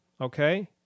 okay